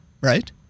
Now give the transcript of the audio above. right